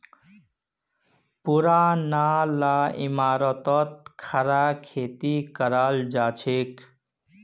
पुरना ला इमारततो खड़ा खेती कराल जाछेक